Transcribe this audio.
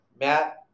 Matt